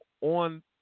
on